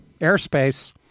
airspace